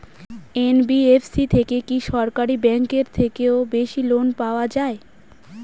NBFC থেকে কি সরকারি ব্যাংক এর থেকেও বেশি লোন পাওয়া যায়?